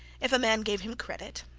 if a man gave him credit,